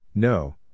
No